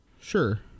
Sure